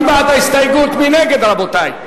מי בעד ההסתייגות, מי נגד, רבותי?